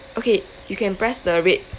okay you can press the red